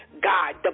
God